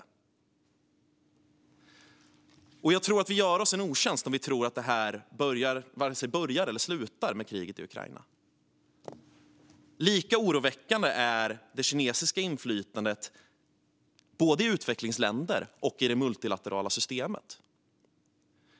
Jag tror att vi gör oss en otjänst om vi tror att detta börjar eller slutar med kriget i Ukraina. Lika oroväckande är det kinesiska inflytandet, både i utvecklingsländer och i det multilaterala systemet.